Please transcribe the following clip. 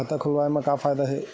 खाता खोलवाए मा का फायदा हे